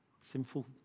Sinful